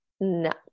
No